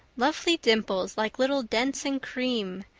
lovely dimples, like little dents in cream.